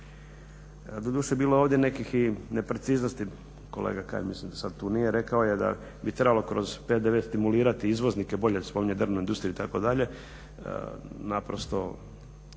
Doduše, bilo je ovdje nekih i nepreciznosti, kolega Kajin mislim da sad tu nije. Rekao je da bi trebalo kroz PDV stimulirati izvoznike, bolje spominje drvnu industriju itd. Naprosto